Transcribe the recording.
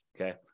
Okay